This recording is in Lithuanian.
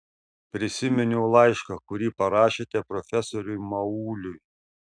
prisiminiau laišką kurį parašėte profesoriui mauliui